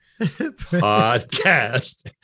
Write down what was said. podcast